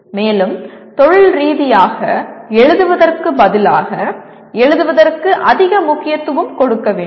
மேலும் தொழில் ரீதியாக எழுதுவதற்கு பதிலாக எழுதுவதற்கு அதிக முக்கியத்துவம் கொடுக்க வேண்டும்